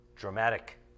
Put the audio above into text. dramatic